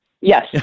Yes